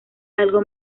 algo